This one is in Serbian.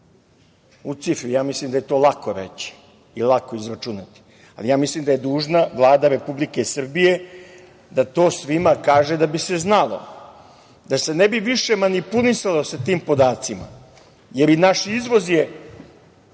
u cifri. Mislim da je to lako već i lako izračunati, ali ja mislim da je dužna Vlada Republike Srbije da to svima kaže da bi se znalo, da se ne bi više manipulisalo sa tim podacima, jer i naš izvoz je